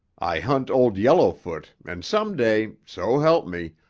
i hunt old yellowfoot and some day, so help me,